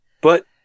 But-